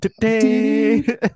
today